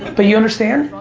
but you understand?